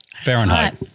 Fahrenheit